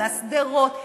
שדרות,